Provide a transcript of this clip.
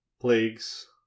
plagues